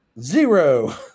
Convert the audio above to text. Zero